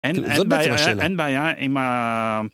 אין בעיה, זאת בעצם השאלה, אין בעיה עם ה...